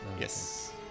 yes